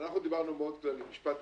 אנחנו דברנו מאוד כללי.